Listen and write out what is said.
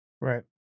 Right